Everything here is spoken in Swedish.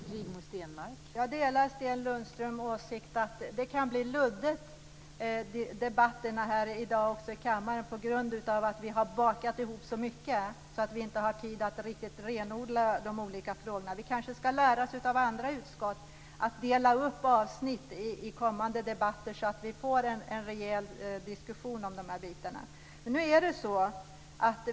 Fru talman! Jag delar Sten Lundströms åsikt att debatten här i kammaren kan bli luddig men det beror på att så mycket har bakats ihop att vi inte har tid att riktigt renodla de olika frågorna. Kanske ska vi lära oss av andra utskott och dela upp avsnitten i kommande debatter så att vi får en rejäl diskussion om de här bitarna.